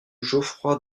geoffroy